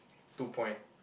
two point